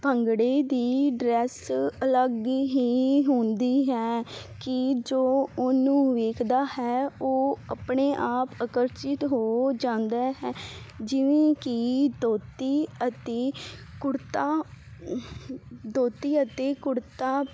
ਭੰਗੜੇ ਦੀ ਡਰੈਸ ਅਲੱਗ ਹੀ ਹੁੰਦੀ ਹੈ ਕੀ ਜੋ ਉਹਨੂੰ ਵੇਖਦਾ ਹੈ ਉਹ ਆਪਣੇ ਆਪ ਅਕਰਸ਼ਿਤ ਹੋ ਜਾਂਦਾ ਹੈ ਜਿਵੇਂ ਕੀ ਦੋਤੀ ਅਤੇ ਕੁੜਤਾ ਦੋਤੀ ਅਤੇ ਕੁੜਤਾ